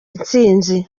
intsinzi